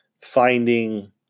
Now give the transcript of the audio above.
finding